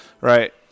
Right